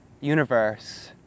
universe